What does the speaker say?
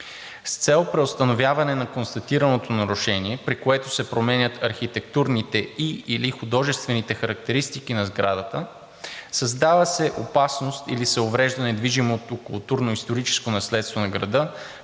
С цел преустановяване на констатираното нарушение, при което се променят архитектурните и/или художествените характеристики на сградата, създава се опасност или се уврежда недвижимото културно-историческо наследство на града